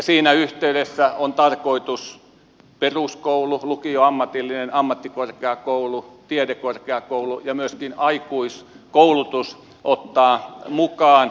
siinä yhteydessä on tarkoitus peruskoulu lukio ammatillinen ammattikorkeakoulu tiedekorkeakoulu ja myöskin aikuiskoulutus ottaa mukaan